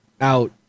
out